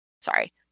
Sorry